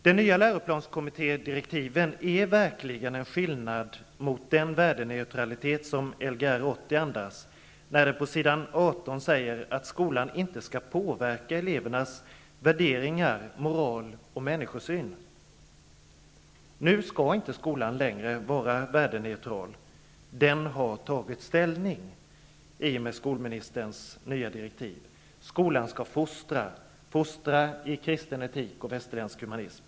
De nya läroplanskommittédirektiven är verkligen en skillnad mot den värdeneutralitet som Lgr 80 andas när man på s. 18 säger att skolan inte skall påverka elevernas värderingar, moral och människosyn. Nu skall inte skolan längre vara värdeneutral. Den har tagit ställning i och med skolministerns nya direktiv. Skolan skall fostra i kristen etik och västerländsk humanism.